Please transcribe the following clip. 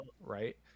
Right